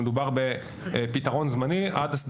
הממשלה בהחלט שמה על כך את